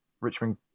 richmond